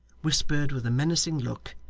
whispered with a menacing look,